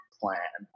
plan